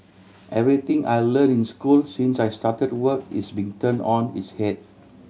everything I learnt in school since I started work is being turned on its head